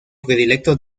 predilecto